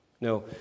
No